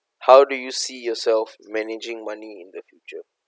how do you see yourself managing money in the future